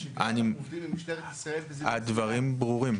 בשגרה אנחנו עובדים עם משטרת ישראל --- הדברים ברורים.